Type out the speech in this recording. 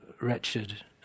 wretched